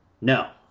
No